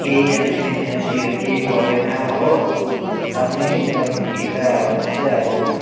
केही एनओसीफेनोसीहरू केही पर्दैन हो आफ्नै जमिनभित्र भने चाहिँ अब